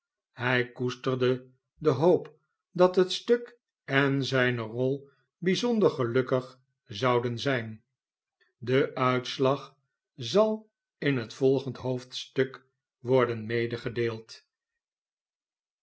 hij koesterde de hoop dat het stuk en zijne rol bijzonder gelukkig zouden zijn de uitslag zal in het volgende hoofdstuk worden